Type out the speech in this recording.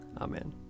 Amen